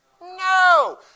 No